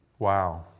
Wow